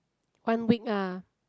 one week ah